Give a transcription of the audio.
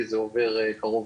כי זה עובר קרוב